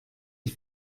die